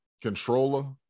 controller